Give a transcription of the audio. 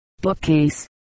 bookcase